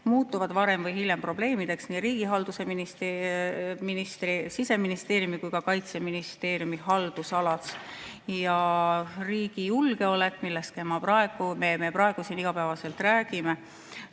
muutuvad varem või hiljem probleemideks nii riigihalduse ministri, Siseministeeriumi kui ka Kaitseministeeriumi haldusalas. Riigi julgeolek, millest me praegu siin iga päev räägime,